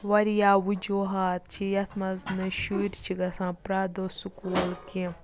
واریاہ وجوٗہات چھِ یَتھ منٛز نہٕ شُرۍ چھِ گژھان پرٛٮ۪تھ دۄہ سکوٗل کینٛہہ